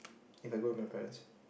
if I go with my parents